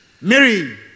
Mary